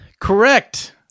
correct